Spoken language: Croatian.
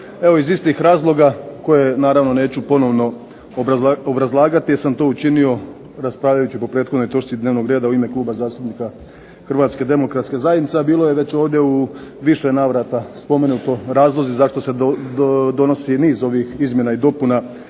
iz istih razloga, koje naravno neću ponovno obrazlagati jer sam to učinio raspravljajući po prethodnoj točki dnevnog reda u ime Kluba zastupnika HDZ-a, a bilo je već ovdje u više navrata spomenuto razlozi zašto se donosi niz ovih izmjena i dopuna